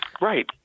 right